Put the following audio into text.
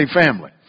family